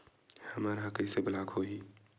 हमर ह कइसे ब्लॉक होही?